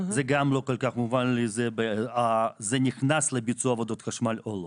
זה גם לא כל כך מובן לי אם זה נכנס לביצוע עבודות חשמל או לא.